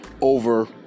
over